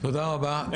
תודה רבה,